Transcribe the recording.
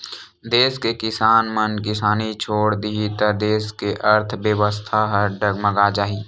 देस के किसान मन किसानी छोड़ देही त देस के अर्थबेवस्था ह डगमगा जाही